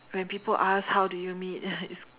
when people ask how do you meet it's